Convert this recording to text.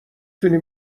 تونی